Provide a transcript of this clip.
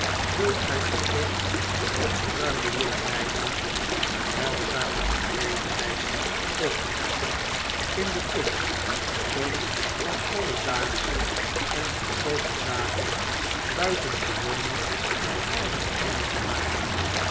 zult gy onder de opgeruimde jonge meisjes een heilzame bedrevenheid opmerken in de kunst om van alledaagsche en goedkoope zaken buitengewone en aardige dingen te maken